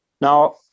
now